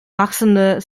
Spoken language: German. wachsenden